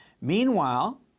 Meanwhile